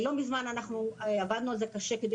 לא מזמן אנחנו עבדנו על זה קשה כדי